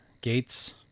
gates